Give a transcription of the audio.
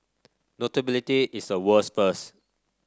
notability is a world's first